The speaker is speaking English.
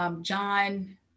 John